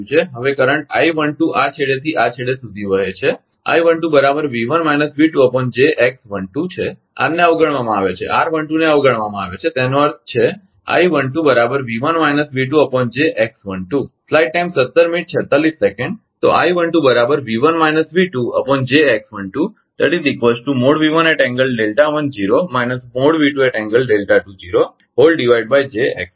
હવે કરંટ આ છેડેથી આ છેડે સુધી વહે છે છે r ને અવગણવામાં આવે છે r12 ને અવગણવામાં આવે છે તેનો અર્થ છે